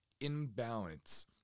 imbalance